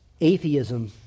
Atheism